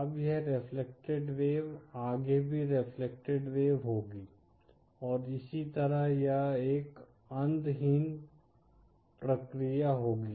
अब यह reflected wave आगे भी रेफ्लेक्टेड वेव होगी और इसी तरह यह एक अंतहीन प्रक्रिया होगी